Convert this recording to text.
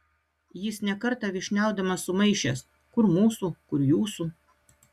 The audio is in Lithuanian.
jis ne kartą vyšniaudamas sumaišęs kur mūsų kur jūsų